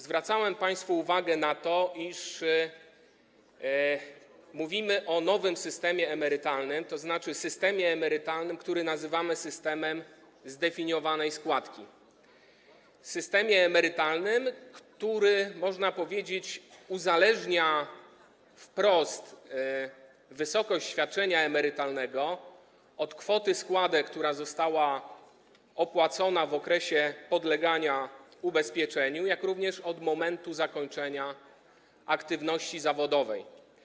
Zwracałem państwu uwagę na to, iż mówimy o nowym systemie emerytalnym, tzn. systemie emerytalnym, który nazywamy systemem zdefiniowanej składki - systemie emerytalnym, który, można powiedzieć, uzależnia wprost wysokość świadczenia emerytalnego od kwoty składek, która została opłacona w okresie podlegania ubezpieczeniu, jak również od momentu zakończenia aktywności zawodowej.